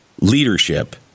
leadership